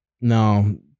No